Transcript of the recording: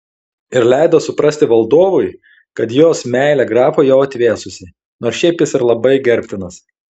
ir leido suprasti valdovui kad jos meilė grafui jau atvėsusi nors šiaip jis ir labai gerbtinas